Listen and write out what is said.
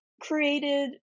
created